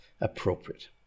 appropriate